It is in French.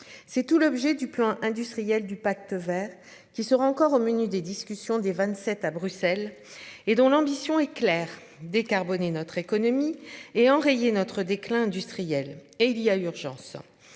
C'est tout l'objet du plan industriel du Pacte Vert qui sera encore au menu des discussions des 27 à Bruxelles et dont l'ambition est claire décarboner notre économie et enrayer notre déclin industriel et il y a urgence.